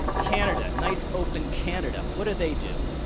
canada, nice open canada, what do they do?